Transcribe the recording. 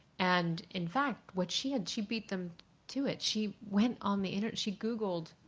and in fact what she had she beat them to it. she went on the internet she googled